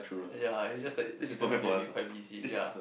ya it's just that recently we have been quite busy ya